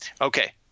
Okay